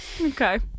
Okay